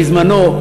בזמנו,